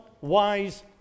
wise